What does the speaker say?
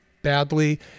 Badly